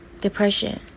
depression